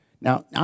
Now